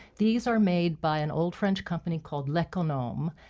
these are made by an old french company called l'econome.